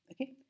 okay